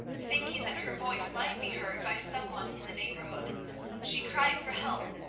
thinking that her voice might be heard by some one in the neighbourhood she cried for help,